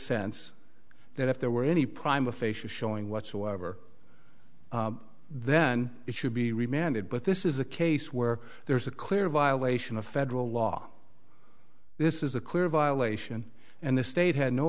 sense that if there were any prime officials showing whatsoever then it should be remanded but this is a case where there is a clear violation of federal law this is a clear violation and the state had no